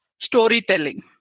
storytelling